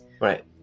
right